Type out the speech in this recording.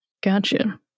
Gotcha